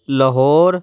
Lahore